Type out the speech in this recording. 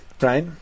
right